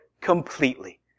completely